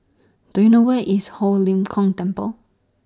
Do YOU know Where IS Ho Lim Kong Temple